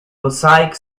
mosaic